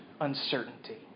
uncertainty